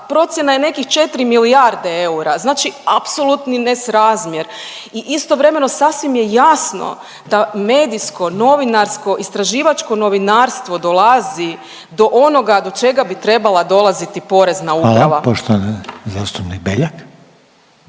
procjena je nekih 4 milijarde eura, znači apsolutni nesrazmjer i istovremeno sasvim je jasno da medijsko novinarsko istraživačko novinarstvo dolazi do onoga do čega bi trebala dolaziti Porezna uprava. **Reiner, Željko